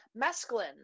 mescaline